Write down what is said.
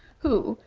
who,